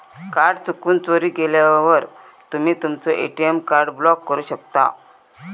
card चुकून, चोरीक गेल्यावर तुम्ही तुमचो ए.टी.एम कार्ड ब्लॉक करू शकता